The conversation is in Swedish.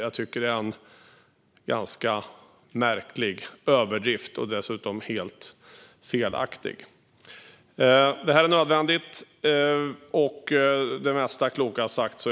Det är en ganska märklig överdrift och dessutom helt felaktigt. Detta är nödvändigt. Det mest kloka har sagts.